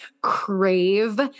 crave